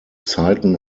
zeiten